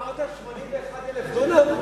אמרת 81,000 דונם?